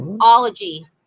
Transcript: ology